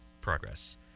progress